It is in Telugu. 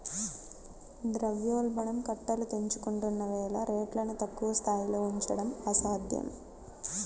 ద్రవ్యోల్బణం కట్టలు తెంచుకుంటున్న వేళ రేట్లను తక్కువ స్థాయిలో ఉంచడం అసాధ్యం